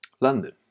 London